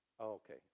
Okay